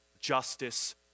justice